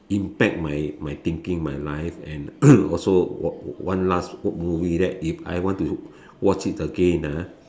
impact my my thinking my life and also one one last movie that if I want to watch it again